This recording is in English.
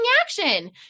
action